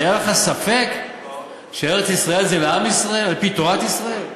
היה לך ספק שארץ-ישראל זה לעם ישראל על-פי תורת ישראל?